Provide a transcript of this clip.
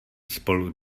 spolu